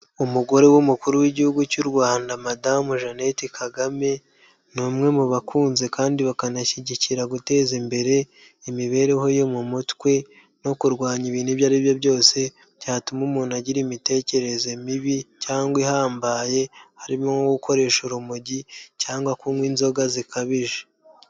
Umugore w'umukuru w'Igihugu cy'u Rwanda Madamu Jeannette Kagame, ni umwe mu bakunze kandi bakanashyigikira guteza imbere imibereho yo mu mutwe no kurwanya ibintu ibyo ari byo byose byatuma umuntu agira imitekerereze mibi cyangwa ihambaye, harimo nko gukoresha urumogi cyangwa kunywa inzoga zikabije.